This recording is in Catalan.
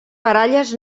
baralles